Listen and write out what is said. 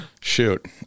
Shoot